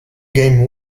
game